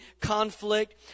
conflict